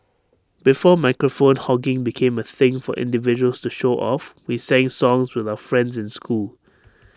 before microphone hogging became A thing for individuals to show off we sang songs with our friends in school